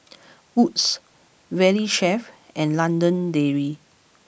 Wood's Valley Chef and London Dairy